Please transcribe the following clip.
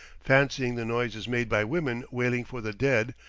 fancying the noise is made by women wailing for the dead,